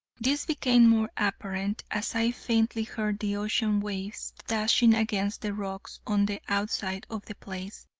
this became more apparent as i faintly heard the ocean's waves dashing against the rocks on the outside of the place.